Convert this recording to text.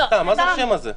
תקיפה סתם מה זה השם הזה?